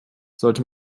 sollte